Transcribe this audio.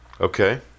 Okay